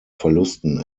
verlusten